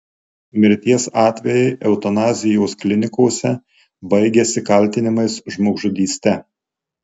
mirties atvejai eutanazijos klinikose baigiasi kaltinimais žmogžudyste